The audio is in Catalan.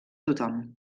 tothom